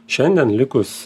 šiandien likus